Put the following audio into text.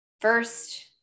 first